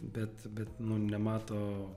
bet bet nu nemato